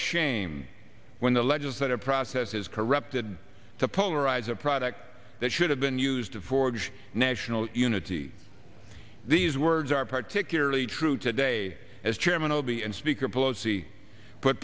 shame when the legislative process is corrupted to polarize a product that should have been used to forge national unity these words are particularly true today as chairman of the and speaker